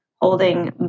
holding